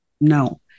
no